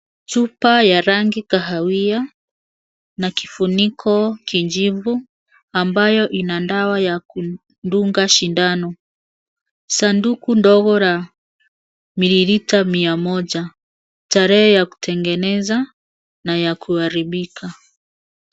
Chupa ya rangi kahawia na kifuniko kijivu ambayo ina dawa ya kudunga sindano. Sanduku ndogo la milimita mia moja. Tarehe ya kutengeneza na ya kuharibika.